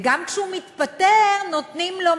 וגם כשהוא מתפטר נותנים לו,